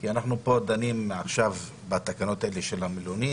כי אנחנו פה דנים עכשיו בתקנות של המלונית,